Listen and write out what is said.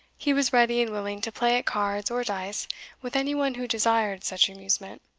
he was ready and willing to play at cards or dice with any one who desired such amusement.